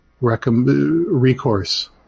recourse